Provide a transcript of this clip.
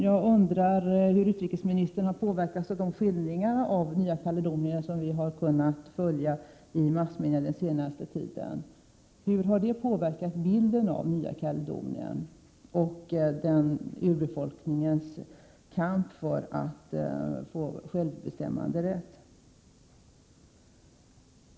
Jag undrar hur utrikesministern har påverkats av de skildringar av Nya Kaledonien som vi har fått via massmedia den senaste tiden. Har dessa påverkat bilden av Nya Kaledonien och urbefolkningens kamp för att få självbestämmanderätt?